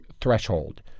threshold